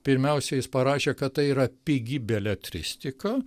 pirmiausia jis parašė kad tai yra pigi beletristika